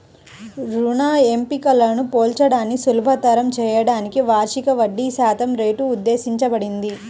రుణ ఎంపికలను పోల్చడాన్ని సులభతరం చేయడానికి వార్షిక వడ్డీశాతం రేటు ఉద్దేశించబడింది